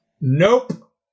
Nope